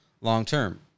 long-term